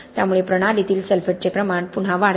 त्यामुळे प्रणालीतील सल्फेटचे प्रमाण पुन्हा वाढते